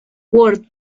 worth